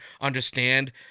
understand